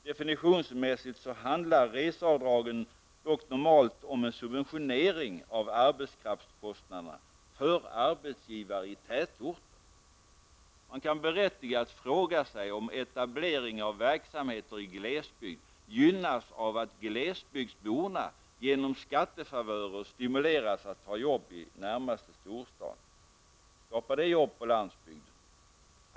Definitionsmässigt handlar reseavdragen dock normalt om en subventionering av arbetskraftskostnaderna för arbetsgivare i tätorter. Man kan berättigat fråga sig om etablering av verksamheter i glesbygd gynnas av att glesbygdsborna genom skattefavörer stimuleras att ta jobb i närmaste storstad. Skapar det jobb på landsbygden?